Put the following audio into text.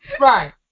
Right